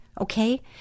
okay